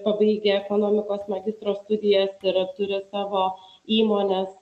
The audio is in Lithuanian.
pabaigę ekonomikos magistro studijas yra turi savo įmones